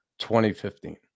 2015